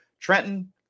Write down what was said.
Trenton